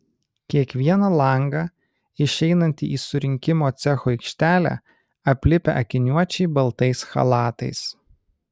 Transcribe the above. kiekvieną langą išeinantį į surinkimo cecho aikštelę aplipę akiniuočiai baltais chalatais